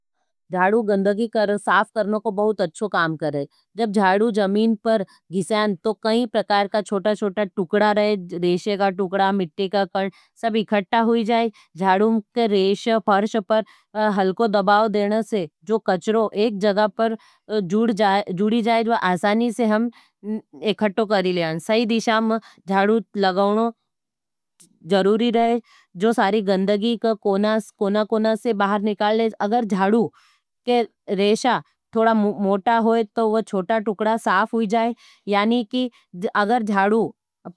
झाड़ू गंदगी साथ करने को बहुत अच्छो काम करें। जब झाड़ू जमीन पर घिसें, तो कई प्रकार का चोटा-चोटा टुकड़ा रहें, रेशे का टुकड़ा, मिट्टी का कंड़, सब इकठटा हुई जाएं, जाड़ू के रेश फर्ष पर हलको दबाव देना से, जो कच्रो एक जगा पर जूड़ी जाएं, जो आसानी से हम एकठटो करें। सई दिशा में जाड़ू लगवनों जरूरी रहें, जो सारी गंदगी कोना-कोना से बाहर निकाल ले, अगर जाड़ू के रेशा थोड़ा मोटा होई, तो वो छोटा टुकड़ा साफ हुई जाएं।